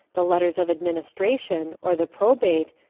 the letters of administration, or the probate,